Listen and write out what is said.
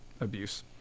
abuse